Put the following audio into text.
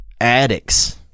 addicts